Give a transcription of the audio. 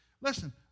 Listen